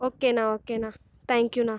ஓகேண்ணா ஓகேண்ணா தேங்க்யூணா